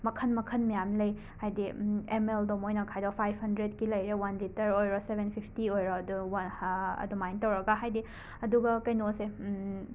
ꯃꯈꯜ ꯃꯈꯜ ꯃꯌꯥꯝ ꯂꯩ ꯍꯥꯏꯗꯤ ꯑꯦꯝ ꯑꯦꯜꯗꯣ ꯃꯣꯏꯅ ꯈꯔ ꯐꯥꯏꯕ ꯍꯟꯗ꯭ꯔꯦꯠꯀꯤ ꯂꯩꯔꯦ ꯋꯥꯟ ꯂꯤꯇꯔ ꯑꯣꯏꯔꯣ ꯁꯕꯦꯟ ꯐꯤꯞꯇꯤ ꯑꯣꯏꯔꯣ ꯑꯗꯨꯝ ꯋꯥꯟ ꯍꯍ ꯑꯗꯨꯃꯥꯏꯅ ꯇꯧꯔꯒ ꯍꯥꯏꯗꯤ ꯑꯗꯨꯒ ꯀꯩꯅꯣꯁꯦ